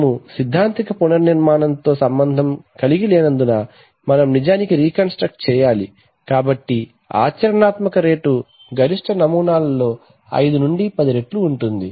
మేము సిద్ధాంతిక పునర్నిర్మాణంతో సంబంధం కలిగి లేనందున మనం నిజానికి రీ కన్ స్ట్రక్ట్ చేయాలి కాబట్టి ఆచరణాత్మక రేటు గరిష్ట నమూనాలలో 5 నుండి 10 రెట్లు ఉంటుంది